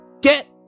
get